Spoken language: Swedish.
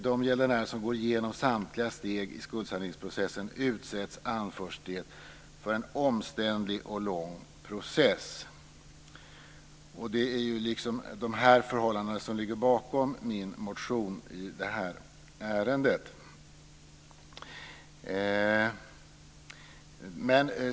De gäldenärer som går igenom samtliga steg i skuldsaneringsprocessen utsätts för en omständlig och lång process, anför man. Det är dessa förhållanden som ligger bakom min motion i det här ärendet.